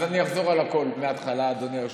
אז אני אחזור על הכול מההתחלה, אדוני היושב-ראש.